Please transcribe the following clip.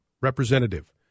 representative